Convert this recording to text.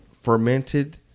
fermented